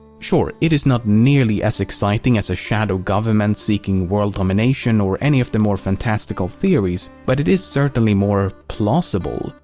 sure, it is not nearly as exciting as a shadow government seeking world domination or any of the more fantastical theories but it is certainly more plausible.